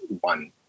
one